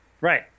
Right